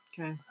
Okay